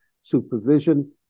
supervision